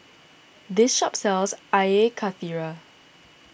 this shop sells Air Karthira